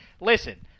listen